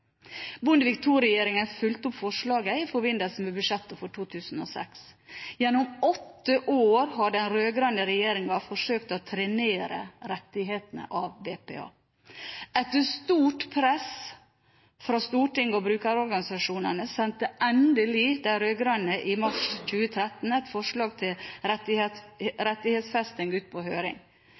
Bondevik II-regjeringen fulgte opp forslaget i forbindelse med budsjettet for 2006. Gjennom åtte år har den rød-grønne regjeringen forsøkt å trenere rettighetsfesting av BPA. Etter stort press fra Stortinget og brukerorganisasjonene sendte endelig de rød-grønne, i mars 2013, et forslag til rettighetsfesting ut på høring.